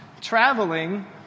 traveling